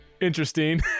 interesting